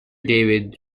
david